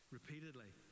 Repeatedly